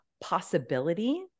possibility